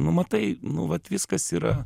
nu matai nu vat viskas yra